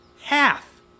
Half